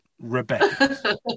Rebecca